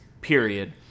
period